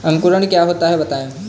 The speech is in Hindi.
अंकुरण क्या होता है बताएँ?